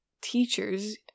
teachers